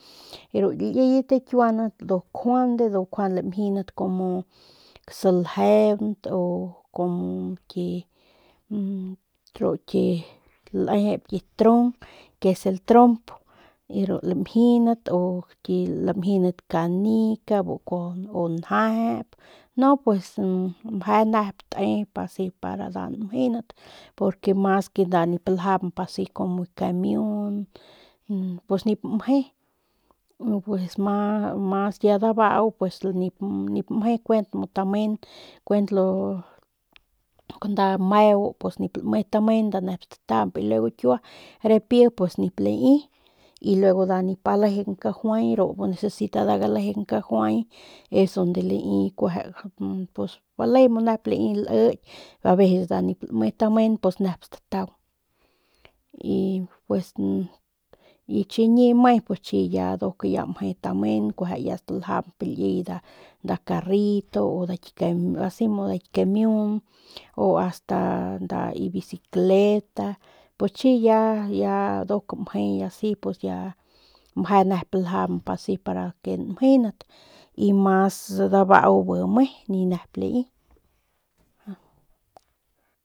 Ru ki liyet kiuandat ndu njuande ndu nkjuande lamjindat kumu saljeunt o como ki ru ki lejep ki trung que es el trompo y ru lamjindat u ki lamjindat canicas bu kuajau u njejep no pues meje nep te para asi para nda njendat porque mas ke nda nip ljamp asi como nda ki kamiun pues ni meje pues, mas, mas ya dabau nip mje pues mas ya dabau nip mje kuent mu u tamenkuent nda meu pus nip lame tamen nda nep statamp y luego kiua ripi pues nip lai y luego nda nip alegeng kajuay es lo que ru necesita nda gulejeng kajuay es lo ke lai kueje pues bale nep lai liky a veces nda nip lame tamen nda nep stataung pues chiñi me chiñi ya nduk mje tamen kueje ya staljamp liy nda carrito u nda ki kimiun asi o asta nda bicicleta pus chiñi ya ya nduk mje ya asi pues ya ya mje nep ljamp asi para que lamjendat y mas dabau bi me ni nep lai.